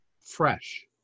fresh